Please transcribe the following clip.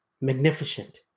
magnificent